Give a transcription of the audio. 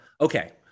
Okay